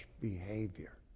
behavior